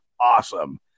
awesome